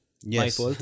yes